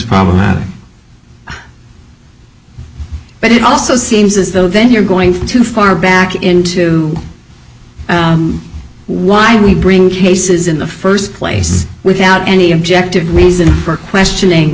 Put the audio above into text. problem but it also seems as though then you're going too far back into why we bring cases in the first place without any objective reason for questioning